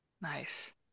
Nice